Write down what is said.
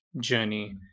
journey